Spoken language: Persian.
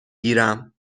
گیرم